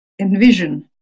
envision